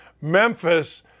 Memphis